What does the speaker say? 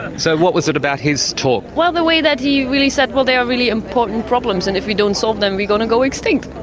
so what was it about his talk? well the way that he really said well there are really important problems and if we don't solve them we're going to go extinct.